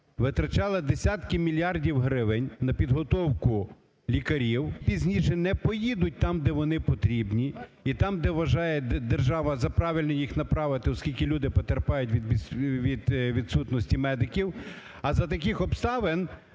витрачала десятки мільярдів гривень на підготовку лікарів, які пізніше не поїдуть там, де вони потрібні і там, де вважає держава за правильне їх направити, оскільки люди потерпають від відсутності медиків, а за таких обставин